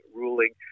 ruling